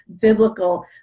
biblical